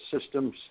systems